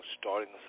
starting